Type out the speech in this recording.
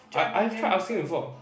I I've tried asking before